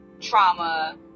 trauma